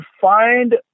find